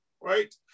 right